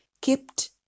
kept